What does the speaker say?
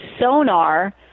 sonar